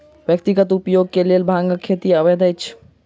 व्यक्तिगत उपयोग के लेल भांगक खेती अवैध अछि